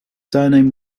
surname